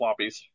floppies